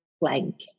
blank